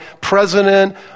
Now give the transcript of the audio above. president